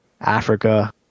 Africa